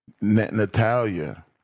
Natalia